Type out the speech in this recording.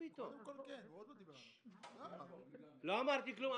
לא אמרתי כלום.